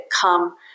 come